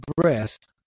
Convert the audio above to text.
breast